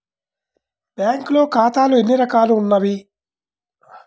బ్యాంక్లో ఖాతాలు ఎన్ని రకాలు ఉన్నావి?